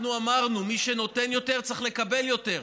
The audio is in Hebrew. אנחנו אמרנו: מי שנותן יותר צריך לקבל יותר.